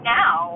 now